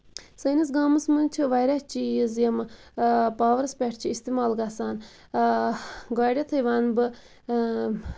سٲنِس گامس منٛز چھِ واریاہ چیٖز یِم پاورَس پٮ۪ٹھ چھِ اِستعمال گژھان آ گۄڈٕنیٚتھٕے وَنہٕ بہٕ اۭں